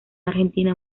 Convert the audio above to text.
argentina